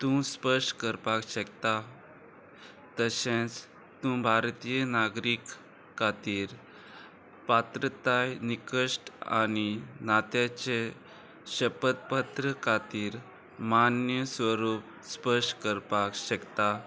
तूं स्पश्ट करपाक शकता तशेंच तूं भारतीय नागरीक खातीर पात्रताय निकश्ट आनी नात्याचे शपदपत्र खातीर मान्य स्वरूप स्पश्ट करपाक शकता